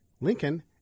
Lincoln